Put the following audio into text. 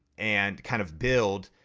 and kind of build,